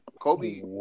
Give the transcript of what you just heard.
Kobe